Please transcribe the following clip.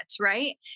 Right